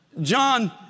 John